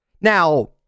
Now